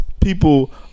People